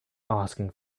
asking